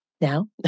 now